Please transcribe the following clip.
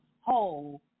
whole